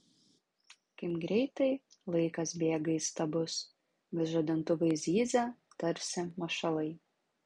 kaip greitai laikas bėga įstabus vis žadintuvai zyzia tarsi mašalai